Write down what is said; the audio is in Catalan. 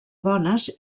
dones